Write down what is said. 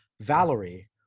Valerie